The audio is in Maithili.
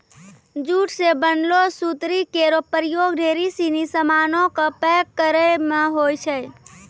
जूट सें बनलो सुतरी केरो प्रयोग ढेरी सिनी सामानो क पैक करय म होय छै